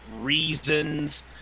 reasons